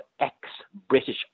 ex-British